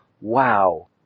wow